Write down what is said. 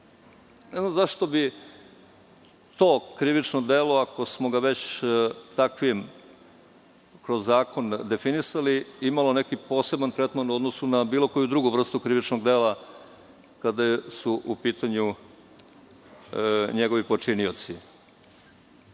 ne znam zašto bi to krivično delo, ako smo ga već takvim kroz zakon definisali, imalo neki poseban tretman u odnosu na bilo koju drugu vrstu krivičnog dela kada su u pitanju njegovi počinioci. Verujem